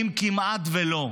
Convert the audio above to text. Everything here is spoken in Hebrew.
עד כמעט ולא.